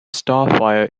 starfire